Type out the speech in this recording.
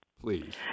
please